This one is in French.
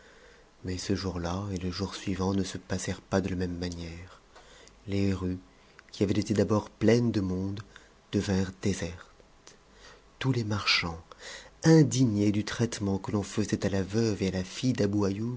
mais ce jour-là et le jour suivant ne se passèrent pas de la même manière les rues qui avaient été d'abord peines de monde devinrent désertes tous les marchands indignés du traitement que l'on taisait à la veuve et à la fille